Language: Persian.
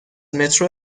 مترو